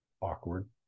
awkward